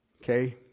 Okay